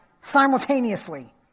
simultaneously